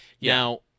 Now